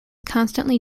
constantly